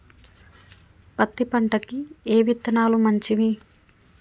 పత్తి పంటకి ఏ విత్తనాలు మంచివి?